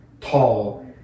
tall